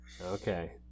Okay